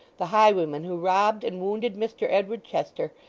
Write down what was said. the highwayman who robbed and wounded mr edward chester,